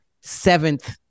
seventh